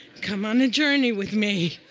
come on a journey with me.